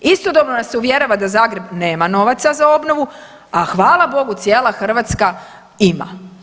Istodobno nas se uvjerava da Zagreb nema novaca za obnovu, a hvala Bogu, cijela Hrvatska ima.